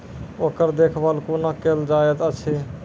ओकर देखभाल कुना केल जायत अछि?